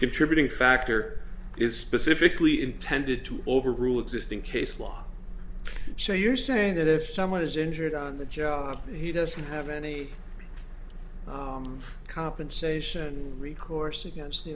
contributing factor is specifically intended to overrule existing case law so you're saying that if someone is injured on the job he doesn't have any compensation recourse against the